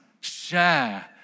share